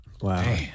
Wow